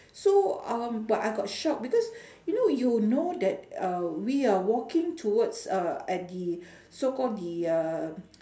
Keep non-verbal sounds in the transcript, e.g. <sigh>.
so um but I got shocked because <breath> you know you will know that uh we are walking towards uh at the <breath> so-called the uh